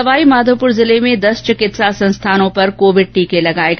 सवाई माधोपुर जिले में दस चिकित्सा संस्थानों पर कोविड टीकाकरण किया गया